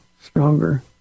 stronger